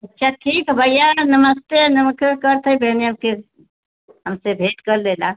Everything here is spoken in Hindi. अच्छा ठीक है भैया न नमस्ते नमके कर थई के हमसे भेंट कर लेना